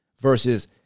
versus